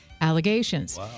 allegations